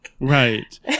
right